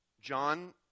John